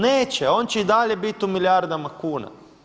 Neće, on će i dalje biti u milijardama kuna.